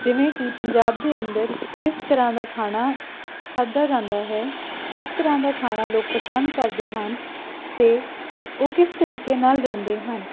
ਜਿਵੇਂ ਕਿ ਪੰਜਾਬ ਦੇ ਅੰਦਰ ਕਿਸ ਤਰ੍ਹਾਂ ਦਾ ਖਾਣਾ ਖਾਧਾ ਜਾਂਦਾ ਹੈ ਕਿਸ ਤਰ੍ਹਾਂ ਦਾ ਖਾਣਾ ਲੋਕ ਪਸੰਦ ਕਰਦੇ ਹਨ ਅਤੇ ਉਹ ਕਿਸ ਤਰੀਕੇ ਨਾਲ ਰਹਿੰਦੇ ਹਨ